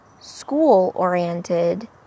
school-oriented